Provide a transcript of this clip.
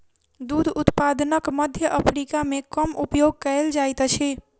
दूध उत्पादनक मध्य अफ्रीका मे कम उपयोग कयल जाइत अछि